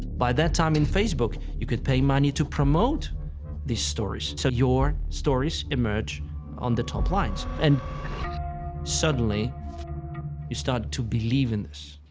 by that time in facebook, you could pay money to promote these stories. so your stories emerge on the top lines. and suddenly you start to believe in this,